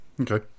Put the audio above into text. Okay